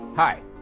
Hi